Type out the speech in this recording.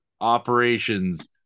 operations